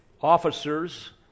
officers